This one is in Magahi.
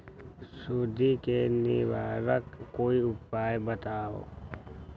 सुडी से निवारक कोई उपाय बताऊँ?